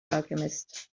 alchemist